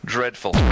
Dreadful